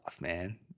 man